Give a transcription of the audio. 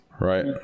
right